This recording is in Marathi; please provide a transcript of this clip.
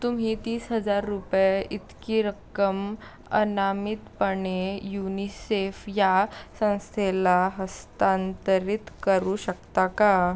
तुम्ही तीस हजार रुपये इतकी रक्कम अनामितपणे युनिसेफ या संस्थेला हस्तांतरित करू शकता का